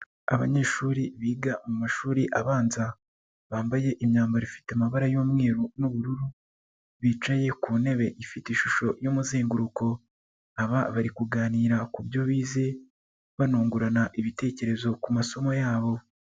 Abanyeshuri biga mu mashuri abanza bambaye imyambaro ifite amabara y'umweru n'ubururu, bicaye ku ntebe ifite ishusho y'umuzenguruko aba bari kuganira ku byo bize banungurana ibitekerezo ku masomo yabo.